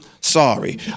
sorry